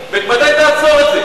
מתי תעצור את זה?